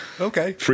Okay